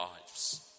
lives